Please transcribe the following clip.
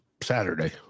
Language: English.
Saturday